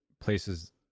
places